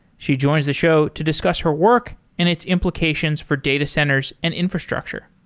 she joins the show to discuss her work and its implications for data centers and infrastructure.